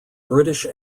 british